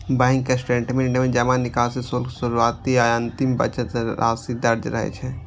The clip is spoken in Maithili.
बैंक स्टेटमेंट में जमा, निकासी, शुल्क, शुरुआती आ अंतिम बचत राशि दर्ज रहै छै